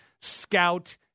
scout